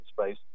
space